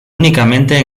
únicamente